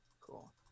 Cool